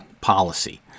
policy